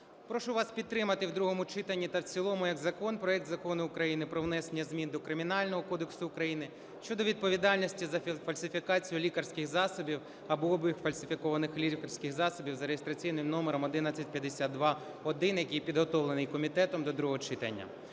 Прошу вас підтримати в другому читанні та в цілому як закон проект Закону України про внесення змін до Кримінального кодексу України щодо відповідальності за фальсифікацію лікарських засобів або обіг фальсифікованих лікарських засобів за реєстраційним номером 1152-1, який підготовлений комітетом до другого читання.